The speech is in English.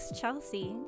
Chelsea